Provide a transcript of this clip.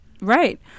Right